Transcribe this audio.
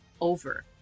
over